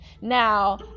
Now